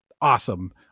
awesome